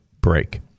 break